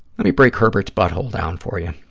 let me break herbert's butthole down for you.